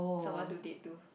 someone to date to